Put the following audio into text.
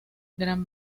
gran